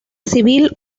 civil